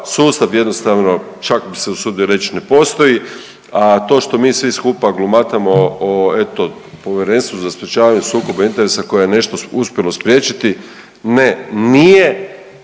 sustav jednostavno čak bi se usudio reć ne postoji, a to što mi svi skupa glumatamo o eto Povjerenstvu za sprječavanje sukoba interesa koje je nešto uspjelo spriječiti ne nije,